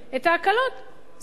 את ההקלות.